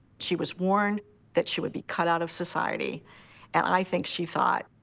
she was warned that she would be cut out of society and i think she thought,